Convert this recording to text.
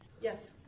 Yes